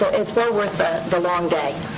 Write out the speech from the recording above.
it's well worth the the long day.